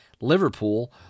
Liverpool